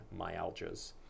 myalgias